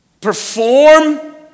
Perform